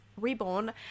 reborn